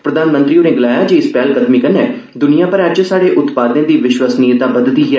प्रधानमंत्री होरें गलाया जे अज्जै दी इस पैहलकदमी कन्नै दुनिया भरै च स्हाड़े उत्पादें दी विश्वसनीयता बघदी ऐ